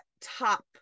top